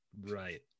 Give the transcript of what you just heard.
right